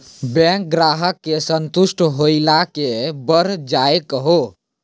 Bank ग्राहक के संतुष्ट होयिल के बढ़ जायल कहो?